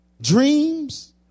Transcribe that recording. Dreams